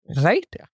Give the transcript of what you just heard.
Right